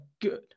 good